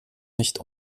nicht